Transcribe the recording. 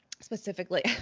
specifically